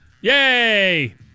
Yay